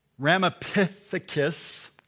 Ramapithecus